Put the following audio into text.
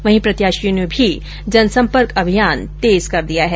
वहीं प्रत्याशियों ने भी जनसंपर्क अभियान तेज कर दिया है